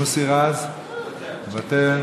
מוסי רז, מוותר,